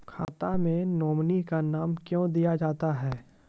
खाता मे नोमिनी का नाम क्यो दिया जाता हैं?